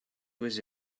was